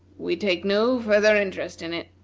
we take no further interest in it.